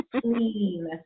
clean